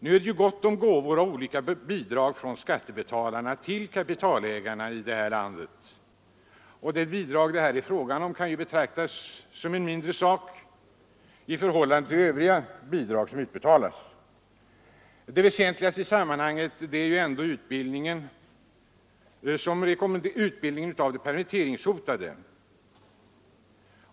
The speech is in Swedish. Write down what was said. Nu är det ju gott om gåvor och olika bidrag från skattebetalarna till kapitalägarna i det här landet, och det bidrag det här är fråga om kan ju betraktas som en mindre sak i förhållande till övriga bidrag som utbetalas. Det väsentligaste i sammanhanget är ändå utbildningen av de permitteringshotade.